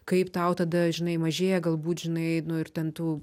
kaip tau tada žinai mažėja galbūt žinainu ir ten tų